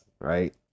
right